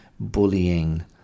bullying